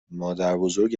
مادربزرگ